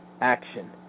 action